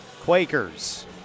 Quakers